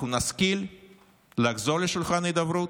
אנחנו נשכיל לחזור לשולחן ההידברות,